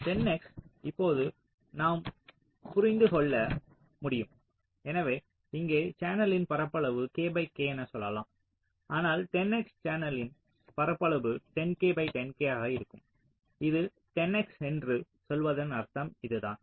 10 X இப்போது நாம் புரிந்து கொள்ள முடியும் எனவே இங்கே சேனலின் பரப்பளவு K by K என சொல்லலாம் ஆனால் 10 X சேனலின் பரப்பளவு 10 K by 10 K ஆக இருக்கும் இது 10 X என்று சொல்வதன் அர்த்தம் இது தான்